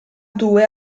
due